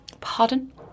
Pardon